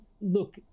Look